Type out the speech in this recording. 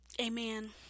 amen